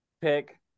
pick